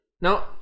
now